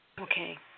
Okay